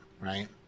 right